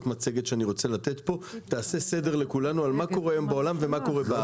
מצגת יעשו סדר לכולנו על מה קורה היום בעולם ומה קורה בארץ.